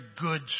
good